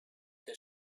der